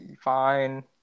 fine